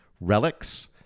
relics